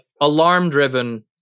alarm-driven